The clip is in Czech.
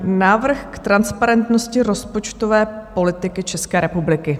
Návrh k transparentnosti rozpočtové politiky České republiky.